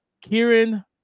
Kieran